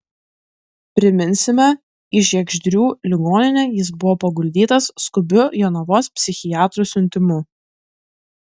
priminsime į žiegždrių ligoninę jis buvo paguldytas skubiu jonavos psichiatrų siuntimu